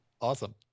Awesome